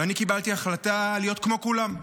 ואני קיבלתי החלטה להיות כמו כולם.